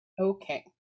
Okay